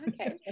okay